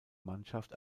mannschaft